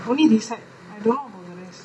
only this side I don't know about the rest